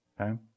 Okay